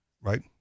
right